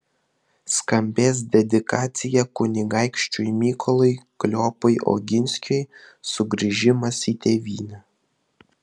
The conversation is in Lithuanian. skambės dedikacija kunigaikščiui mykolui kleopui oginskiui sugrįžimas į tėvynę